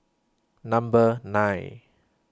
Number nine